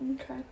Okay